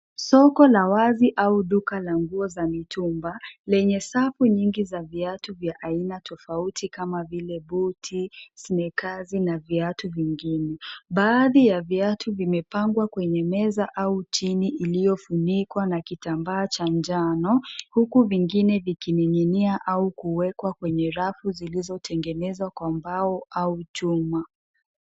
Soko la wazi, au duka la nguo za mitumba lenye safu nyingi za viatu vya aina tofauti, kama vile buti, sneakers na viatu vingine. Baadhi ya viatu vimepangwa kwenye meza au tini iliyofunikwa na kitambaa cha njano, huku vingine vikining'inia au kuwekwa kwenye kwa rafu zilizotengenezwa kwa mbao au chuma.